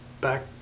back